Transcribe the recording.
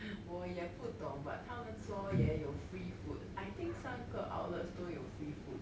我也不懂 but 他们说也有 free food I think 三个 outlets 都有 free food